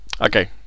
Okay